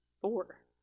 Four